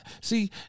See